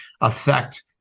affect